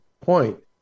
point